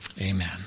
amen